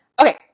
Okay